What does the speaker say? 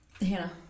Hannah